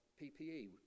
PPE